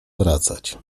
wracać